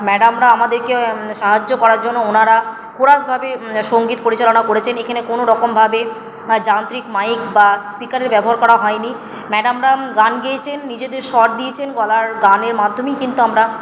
ম্যাডামরা আমাদেরকে সাহায্য করার জন্য ওনারা কোরাসভাবে সঙ্গীত পরিচালনা করেছেন এখানে কোনোরকমভাবে না যান্ত্রিক মাইক বা স্পিকারের ব্যবহার করা হয় নি ম্যাডামরা গান গেয়েছেন নিজেদের শট দিয়েছেন গলার গানের মাধ্যমেই কিন্তু আমরা